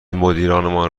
مدیرمان